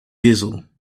diesel